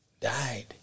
died